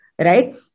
Right